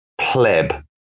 pleb